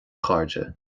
chairde